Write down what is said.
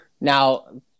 Now